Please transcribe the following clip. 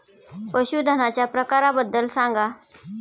पशूधनाच्या प्रकारांबद्दल सांगा